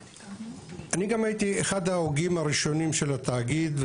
אני הייתי אחד ההוגים הראשונים של התאגיד,